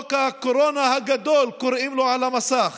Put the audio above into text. חוק הקורונה הגדול, קוראים לו על המסך